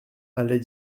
allait